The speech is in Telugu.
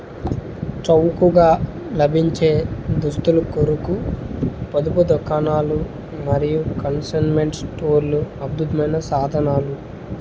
చౌకగా లభించే దుస్తుల కొరకు పొదుపు దుకాణాలు మరియు కన్సైన్మెంట్ స్టోర్లు అద్భుతమైన సాధనాలు